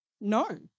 No